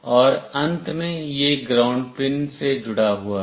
और अंत में यह ग्राउंड पिन से जुड़ा हुआ है